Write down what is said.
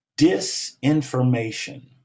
disinformation